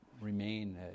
remain